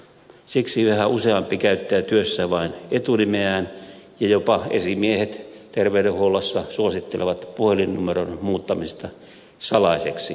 siksi yhä useampi käyttää työssään vain etunimeään ja jopa esimiehet terveydenhuollossa suosittelevat puhelinnumeron muuttamista salaiseksi